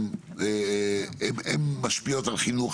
הן משפיעות על חינוך,